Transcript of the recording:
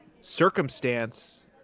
circumstance